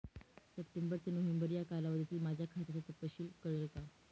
September ते नोव्हेंबर या कालावधीतील माझ्या खात्याचा तपशील कळेल का?